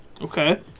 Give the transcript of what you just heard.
Okay